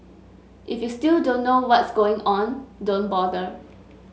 if you still don't know what's going on don't bother